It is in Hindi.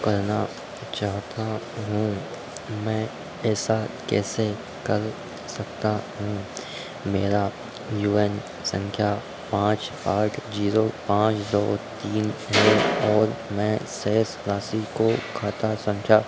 करना चाहता हूँ मैं ऐसा कैसे कर सकता हूँ मेरा यू एन संख्या पाँच आठ जीरो पाँच दो तीन नौ और मैं शेष राशि को खाता संख्या